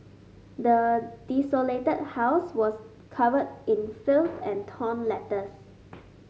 the desolated house was covered in filth and torn letters